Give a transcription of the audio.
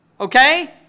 Okay